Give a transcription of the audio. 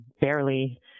barely